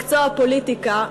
מקצוע הפוליטיקה,